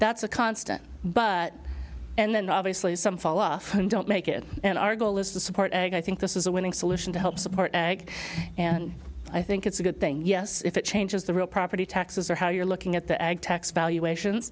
that's a constant but and then obviously some fall off and don't make it and our goal is to support and i think this is a winning solution to help support ag and i think it's a good thing yes if it changes the real property taxes or how you're looking at the ag tax by you ations